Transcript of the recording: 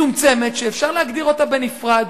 מצומצמת שאפשר להגדיר אותה בנפרד.